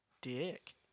dick